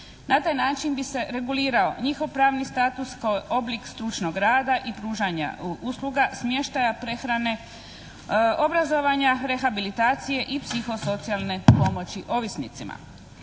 Na taj način bi se regulirao njihov pravni status kao oblik stručnog rada i pružanja usluga, smještaja, prehrane, obrazovanja, rehabilitacije i psihosocijalne pomoći ovisnicima,